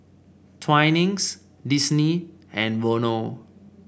Twinings Disney and Vono